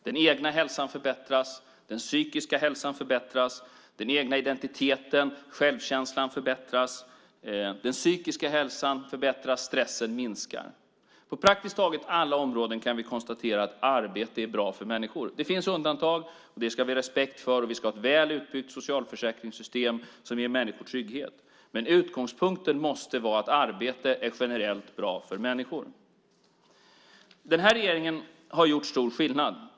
Den egna hälsan förbättras. Den psykiska hälsan förbättras. Den egna identiteten, självkänslan, förbättras. Den psykiska hälsan förbättras och stressen minskar. På praktiskt taget alla områden kan vi konstatera att arbete är bra för människor. Det finns undantag, och det ska vi ha respekt för. Vi ska ha ett väl utbyggt socialförsäkringssystem som ger människor trygghet. Men utgångspunkten måste vara att arbete generellt är bra för människor. Den här regeringen har gjort stor skillnad.